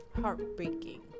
heartbreaking